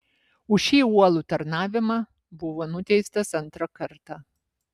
už šį uolų tarnavimą buvo nuteistas antrą kartą